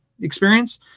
experience